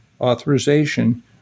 authorization